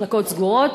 מחלקות סגורות.